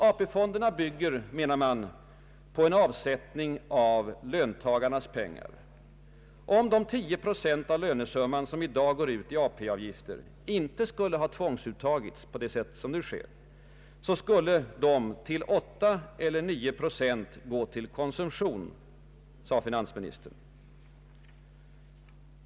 AP-fonderna bygger, menar man, på en avsättning av löntagarnas pengar. Om de 10 procent av lönesumman som i dag går ut i form av AP-avgifter inte skulle ha tvångsuttagits som nu sker, skulle de till 8 eller 9 procent gått till konsumtion, sade finansministern.